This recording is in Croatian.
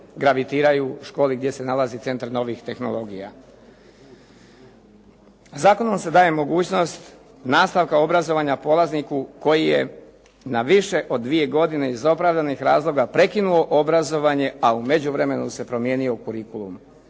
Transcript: gravitiraju u školi gdje se nalazi centar novih tehnologija. Zakonom se daje mogućnost nastavka obrazovanja polazniku koji je na više od dvije godine iz opravdanih razloga prekinuo obrazovanje, a u međuvremenu se promijenio u curiculumu.